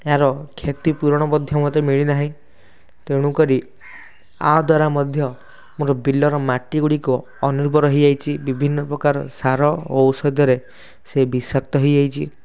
ଏହାର କ୍ଷତିପୂରଣ ମଧ୍ୟ ମୋତେ ମିଳି ନାହିଁ ତେଣୁକରି ଆ ଦ୍ୱାରା ମଧ୍ୟ ମୋର ବିଲର ମାଟିଗୁଡ଼ିକ ଅର୍ନୁବର ହୋଇଯାଇଛି ବିଭିନ୍ନ ପ୍ରକାର ସାର ଓ ଔଷଧରେ ସେ ବିଷାକ୍ତ ହୋଇଯାଇଛି